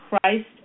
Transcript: Christ